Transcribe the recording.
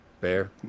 Bear